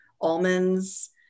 almonds